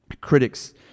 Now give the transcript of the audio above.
critics